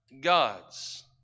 God's